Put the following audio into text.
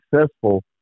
successful